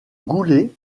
goulet